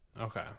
Okay